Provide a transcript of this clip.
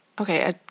Okay